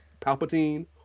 Palpatine